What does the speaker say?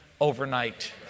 overnight